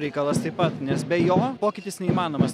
reikalas taip pat nes be jo pokytis neįmanomas